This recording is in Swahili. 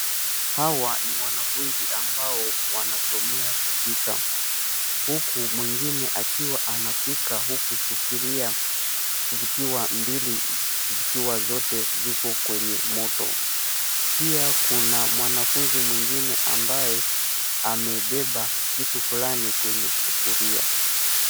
Hawa ni wanafunzi ambao wanasomea kupika, huku mwingine akiwa anapika, huku sufuria zikiwa zote ziko kwenye moto. Pia kuna mwanafunzi mwingine ambaye amebeba vitu fulani kwenye sufuria.